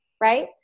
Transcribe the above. right